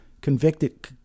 Convicted